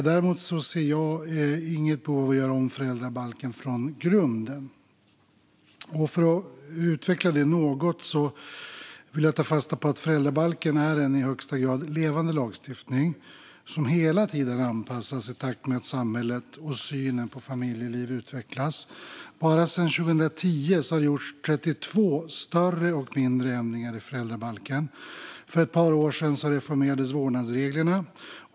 Däremot ser jag inget behov av att göra om föräldrabalken från grunden. För att utveckla detta något vill jag ta fasta på att föräldrabalken är en i högsta grad levande lagstiftning som hela tiden anpassas i takt med att samhället och synen på familjeliv utvecklas. Bara sedan 2010 har det gjorts 32 större och mindre ändringar i föräldrabalken. För ett par år sedan reformerades vårdnadsreglerna.